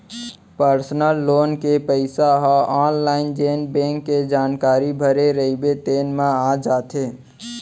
personal loan के पइसा ह आनलाइन जेन बेंक के जानकारी भरे रइबे तेने म आ जाथे